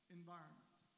environment